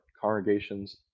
congregations